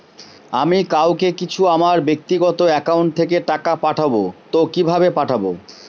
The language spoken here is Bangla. আমি কাউকে কিছু আমার ব্যাক্তিগত একাউন্ট থেকে টাকা পাঠাবো তো কিভাবে পাঠাবো?